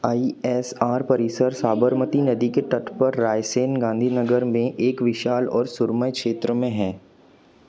आई S R परिसर साबरमती नदी के तट पर रायसन गांधीनगर में एक विशाल और सुरम्य क्षेत्र में है